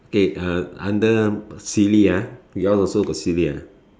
okay uh under silly ah we all also got silly or not